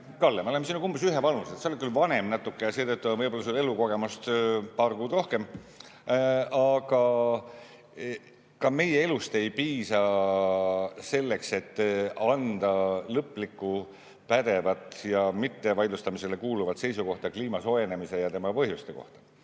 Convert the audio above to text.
Kalle, me oleme sinuga umbes ühevanused, sa oled küll vanem natuke ja seetõttu võib-olla on sul elukogemust paar kuud rohkem. Aga ka meie elust ei piisa selleks, et anda lõplikku, pädevat ja mitte vaidlustamisele kuuluvat seisukohta kliima soojenemise ja tema põhjuste kohta.